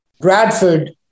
Bradford